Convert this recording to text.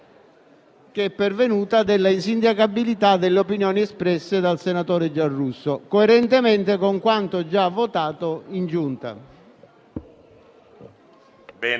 che sussista la insindacabilità delle opinioni espresse dal senatore Giarrusso, coerentemente con quanto già votato in Giunta.